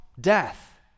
death